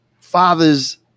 fathers